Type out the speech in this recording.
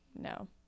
no